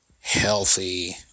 healthy